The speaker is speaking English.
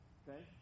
okay